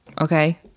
Okay